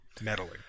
meddling